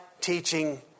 teaching